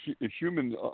human